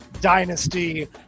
Dynasty